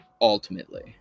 ultimately